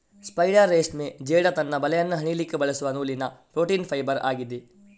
spider ರೇಷ್ಮೆ ಜೇಡ ತನ್ನ ಬಲೆಯನ್ನ ಹೆಣಿಲಿಕ್ಕೆ ಬಳಸುವ ನೂಲುವ ಪ್ರೋಟೀನ್ ಫೈಬರ್ ಆಗಿದೆ